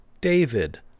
David